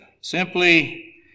simply